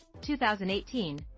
2018